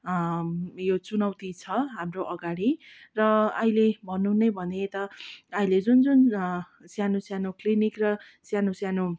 यो चुनौती छ हाम्रो अगाडि र अहिले भनौँ नै भने यता अहिले जुन जुन सानो सानो क्लिनिक र सानो सानो